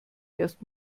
erst